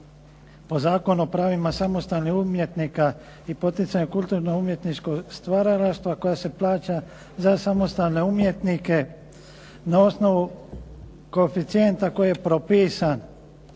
po Zakonu o pravima samostalnih umjetnika i potencijalna kulturno umjetnička stvaralaštva koja se plaća za samostalne umjetnike na osnovu koeficijenta koji je propisan